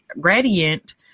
gradient